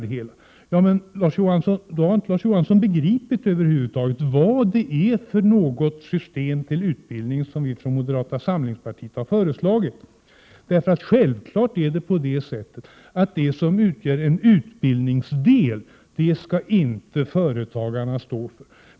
Men då har Larz Johansson över huvud taget inte begripit vilket system av utbildning som vi från moderata samlingspartiet har föreslagit. Självfallet skall inte företagarna stå för det som utgör en utbildningsdel.